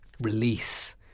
release